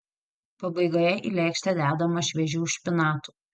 pabaigoje į lėkštę dedama šviežių špinatų